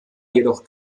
jedoch